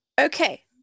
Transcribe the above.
Okay